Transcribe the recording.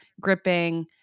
gripping